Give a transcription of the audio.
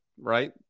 right